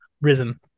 risen